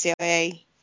CIA